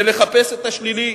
ולחפש את השלילי